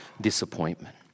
disappointment